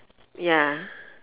ya